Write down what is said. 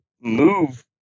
move